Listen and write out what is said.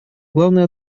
главную